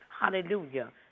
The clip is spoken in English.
Hallelujah